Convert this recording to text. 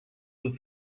was